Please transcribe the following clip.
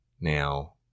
Now